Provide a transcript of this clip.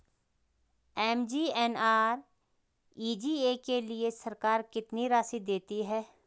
MGNREGA के लिए सरकार कितनी राशि देती है?